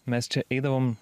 mes čia eidavom